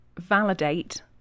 validate